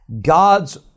God's